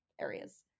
areas